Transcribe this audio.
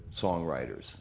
songwriters